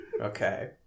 Okay